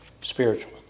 spiritual